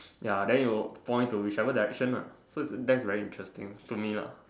ya then it will point to whichever direction lah so that's very interesting to me lah